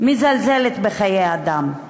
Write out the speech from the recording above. מזלזלת בחיי אדם,